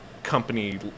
Company